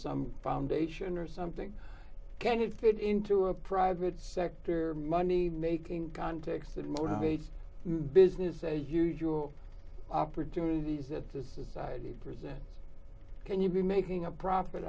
some foundation or something can it fit into a private sector money making contacts that motivates business as usual opportunities that the society present can you be making a profit